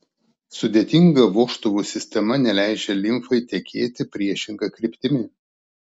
sudėtinga vožtuvų sistema neleidžia limfai tekėti priešinga kryptimi